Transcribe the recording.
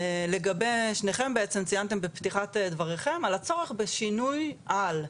לגבי שניכם בעצם ציינתם בפתיחת דבריכם על הצורך בשינוי על,